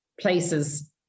places